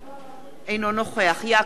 אינו נוכח יעקב ליצמן,